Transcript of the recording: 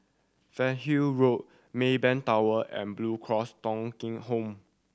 Fernhill Road Maybank Tower and Blue Cross Thong Kheng Home